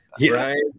right